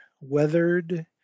weathered